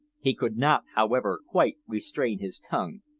he could not however, quite restrain his tongue.